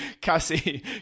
Cassie